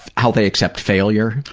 how they accept failure.